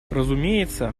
разумеется